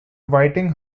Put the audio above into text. whiting